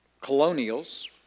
colonials